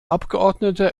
abgeordneter